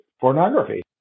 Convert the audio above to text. pornography